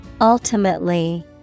Ultimately